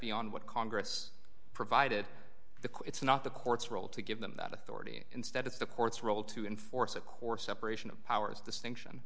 beyond what congress provided the quote it's not the court's role to give them that authority instead it's the court's role to enforce a core separation of powers distinction